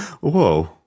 whoa